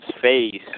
face